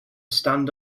stand